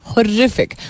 Horrific